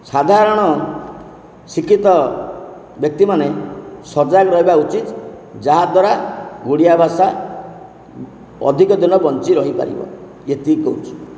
ସାଧାରଣ ଶିକ୍ଷିତ ବ୍ୟକ୍ତିମାନେ ସଜାଗ ରହିବା ଉଚିତ ଯାହାଦ୍ୱାରା ଓଡ଼ିଆ ଭାଷା ଅଧିକ ଦିନ ବଞ୍ଚି ରହିପାରିବ ଏତିକି କହୁଛି